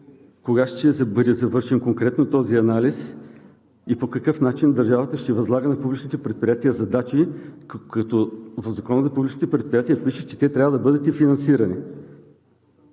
кога ще бъде завършен конкретно този анализ и по какъв начин държавата ще възлага на публичните предприятия задачи, като в Закона за публичните предприятия пише, че те трябва да бъдат и финансирани?